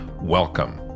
Welcome